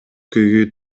көйгөй